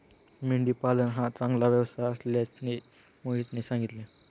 मेंढी पालन हा चांगला व्यवसाय असल्याचे मोहितने सांगितले